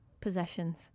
possessions